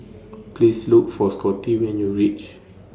Please Look For Scotty when YOU REACH